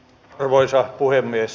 arvoisa puhemies